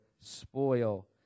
spoil